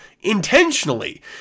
intentionally